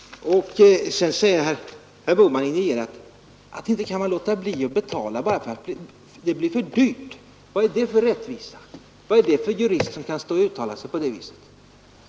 Sedan säger herr Bohman indignerat: Inte kan man låta bli att betala bara därför att det blir för dyrt! Vad är det för rättvisa och vad är det för jurist som kan uttala sig på det sättet?